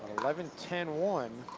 eleven ten one.